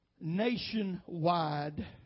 nationwide